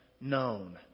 known